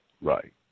Right